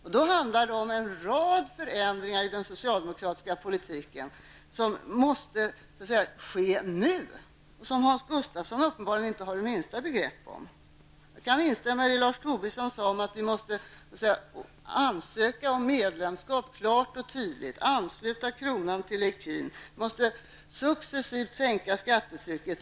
Och då handlar det om en rad förändringar i den socialdemokratiska politiken, förändringar som måste ske nu -- och som Hans Gustafsson uppenbarligen inte har det minsta begrepp om. Jag kan instämma i vad Lars Tobisson sade -- att vi måste ansöka om medlemskap, klart och tydligt, ansluta kronan till ecun och successivt sänka skattetrycket.